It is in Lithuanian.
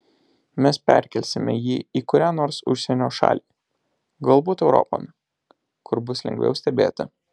mes perkelsime jį į kurią nors užsienio šalį galbūt europon kur bus lengviau stebėti